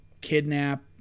kidnap